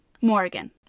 Morgan